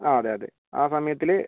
ആ അതെ അതെ ആ സമയത്തിൽ